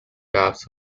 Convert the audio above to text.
gaps